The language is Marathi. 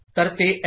तर ते एस